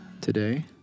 today